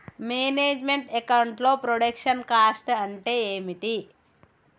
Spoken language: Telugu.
మేనేజ్ మెంట్ అకౌంట్ లో ప్రొడక్షన్ కాస్ట్ అంటే ఏమిటి?